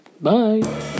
Bye